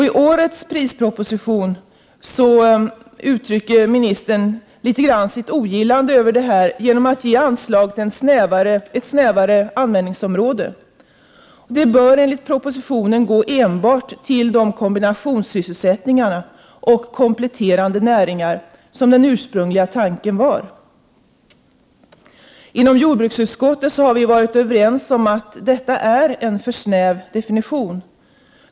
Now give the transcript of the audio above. I årets prisproposition uttrycker jordbruksministern litet grand sitt ogillande över detta förfaringssätt genom att ge anslaget ett snävare användningsområde. Anslaget bör enligt propositionen gå enbart till kombinationssysselsättningar och kompletterande näringar, såsom den ursprungliga tanken var. Inom jordbruksutskottet har vi varit överens om att detta är en för snäv definition.